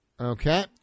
Okay